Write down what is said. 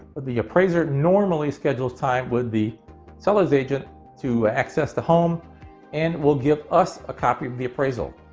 the appraiser normally schedules time with the sellers agent to access the home and will give us a copy of the appraisal.